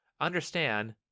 Understand